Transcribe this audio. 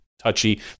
touchy